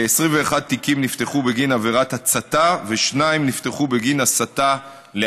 21 תיקים נפתחו בגין עבירת הצתה ושניים נפתחו בגין אלימות,